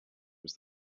was